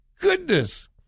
goodness